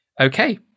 okay